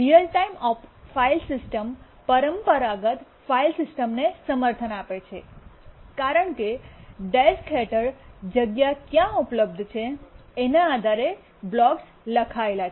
real time file system પરંપરાગત file સિસ્ટમને સમર્થન આપે છે કારણ કે ડેસ્ક હેઠળ જગ્યા ક્યાં ઉપલબ્ધ છે તેના આધારે બ્લોક્સ લખાયેલા છે